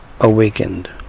awakened